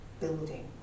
building